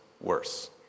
worse